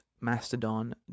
mastodon